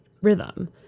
rhythm